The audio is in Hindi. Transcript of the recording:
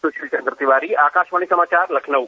सुशील चंद्र तिवारी आकाशवाणी समाचार लखनऊ